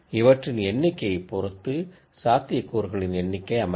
இவற்றின் எண்ணிக்கையைப் பொறுத்து சாத்தியக்கூறுகளின் எண்ணிக்கை அமையும்